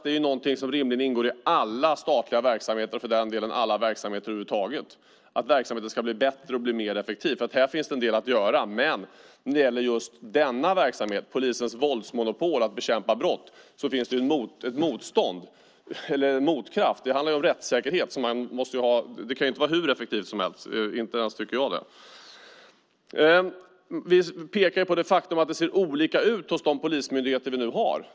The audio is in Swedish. Att verksamheten ska bli bättre och mer effektiv är ju något som ingår i all statlig verksamhet, och i all verksamhet över huvud taget. Här finns det en del att göra, men när det gäller just polisens våldsmonopol att bekämpa brott finns det ju en motkraft. Det handlar ju om rättssäkerhet så det kan inte vara hur effektivt som helst; det tycker inte ens jag. Vi pekar på det faktum att det ser olika ut hos polismyndigheten.